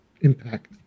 impact